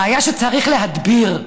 בעיה שצריך להדביר.